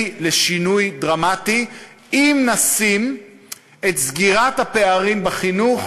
לשינוי דרמטי אם נשים את סגירת הפערים בחינוך